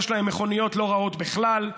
יש מכוניות לא רעות בכלל,